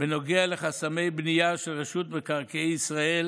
בנוגע לחסמי בנייה של רשות מקרקעי ישראל,